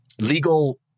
legal